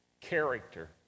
character